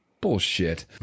bullshit